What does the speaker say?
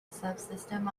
subsystem